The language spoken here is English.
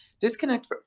disconnect